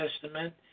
Testament